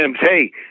Hey